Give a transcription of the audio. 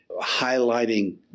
highlighting